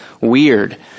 weird